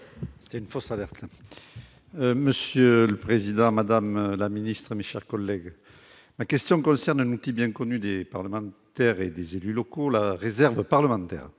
et Social Européen. Monsieur le président, madame la ministre, mes chers collègues, ma question concerne un outil bien connu des parlementaires et des élus locaux : la réserve parlementaire.